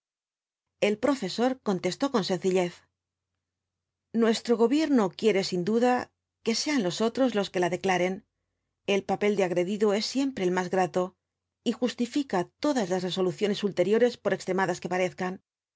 el profesor contestó con sencillez nuestro gobierno quiere sin duda que sean los otros los que la declaren el papel de agredido es siempre el más grato y justifica todas las resoluciones ulteriores por extremadas que parezcan